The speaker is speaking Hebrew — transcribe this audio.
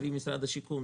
קרי: משרד הבינוי והשיכון,